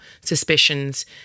suspicions